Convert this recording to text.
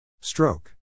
Stroke